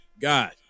God